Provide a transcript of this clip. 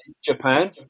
Japan